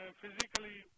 physically